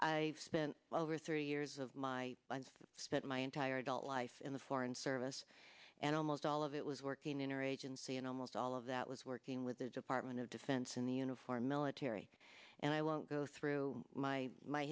i spent well over three years of my spent my entire adult life in the foreign service and almost all of it was working in or agency and almost all of that was working with the department of defense in the uniformed military and i won't go through my